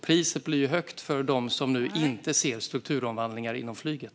Priset blir alltså högt för dem som nu inte ser strukturomvandlingar inom flyget.